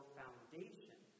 foundation